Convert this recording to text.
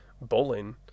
bowling